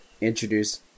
introduce